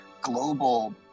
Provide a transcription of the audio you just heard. global